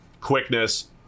quickness